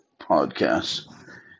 podcast